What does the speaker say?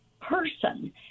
person